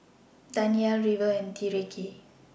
Danyel River and Tyreke